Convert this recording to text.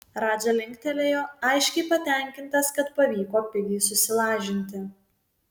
radža linktelėjo aiškiai patenkintas kad pavyko pigiai susilažinti